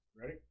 Ready